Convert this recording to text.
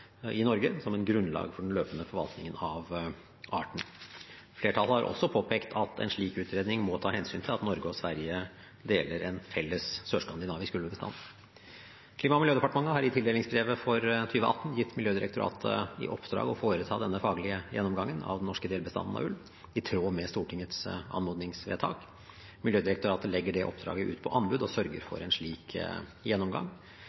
i Norge som et grunnlag for den løpende forvaltningen av arten. Flertallet har også påpekt at en slik utredning må ta hensyn til at Norge og Sverige deler en felles sørskandinavisk ulvebestand. Klima- og miljødepartementet har i tildelingsbrevet for 2018 gitt Miljødirektoratet i oppdrag å foreta denne faglige gjennomgangen av den norske delbestanden av ulv, i tråd med Stortingets anmodningsvedtak. Miljødirektoratet legger det oppdraget ut på anbud og sørger for en slik gjennomgang.